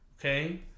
Okay